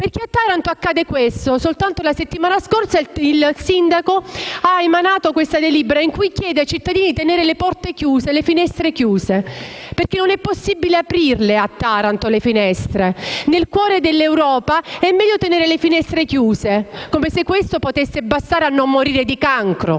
Taranto, infatti, accade questo. Soltanto la settimana scorsa il sindaco ha emanato una delibera con la quale chiede ai cittadini di tenere porte e finestre chiuse. Perché a Taranto non è possibile aprirle le finestre. Nel cuore dell'Europa è meglio tenere le finestre chiuse. Come se questo potesse bastare a non morire di cancro.